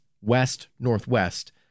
west-northwest